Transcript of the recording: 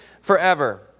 forever